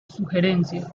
sugerencia